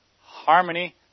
harmony